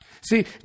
see